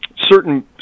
certain